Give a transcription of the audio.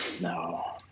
No